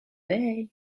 day